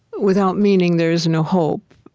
without meaning there is no hope,